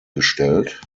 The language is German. gestellt